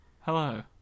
Hello